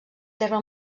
terme